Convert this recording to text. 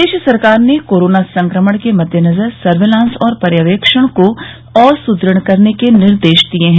प्रदेश सरकार ने कोरोना संक्रमण के मददेनजर सर्विलांस और पर्यवेक्षण को और सुद्रढ करने के निर्देश दिये हैं